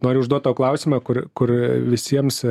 noriu užduot tau klausimą kur kur visiems